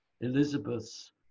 Elizabeth's